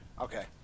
Okay